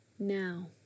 Now